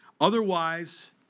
Otherwise